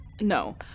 No